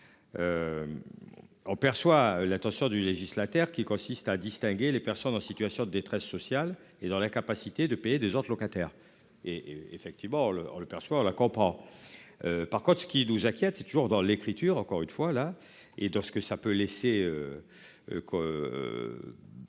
On perçoit l'intention du législateur qui consiste à distinguer les personnes en situation de détresse sociale et dans l'incapacité de payer des autres locataires et effectivement. Le on le perçoit. On la comprend. Par contre ce qui nous inquiète, c'est toujours dans l'écriture. Encore une fois là et dans ce que ça peut laisser.